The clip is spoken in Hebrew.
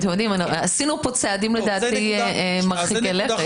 עשינו פה צעדים לדעתי מרחיקי לכת.